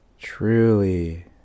truly